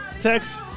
text